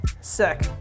sick